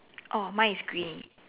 oh mine is green